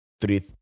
three